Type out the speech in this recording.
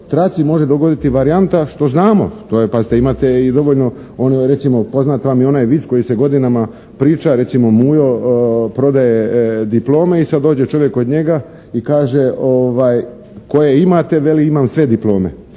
traci može dogoditi varijanta što znamo, to je pazite imate i dovoljno, recimo poznat vam je onaj vic koji se godinama priča, recimo Mujo prodaje diplome i sad dođe čovjek kod njega i kaže: "Koje imate?", veli: "Imam sve diplome.",